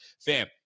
Fam